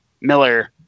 Miller